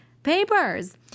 Papers